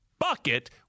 bucket